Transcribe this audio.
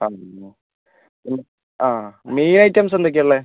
അമ്മോ ആ മീൻ ഐറ്റംസ് എന്തൊക്കെയാണ് ഉള്ളത്